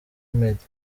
meddy